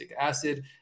acid